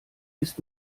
ist